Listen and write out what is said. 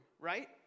right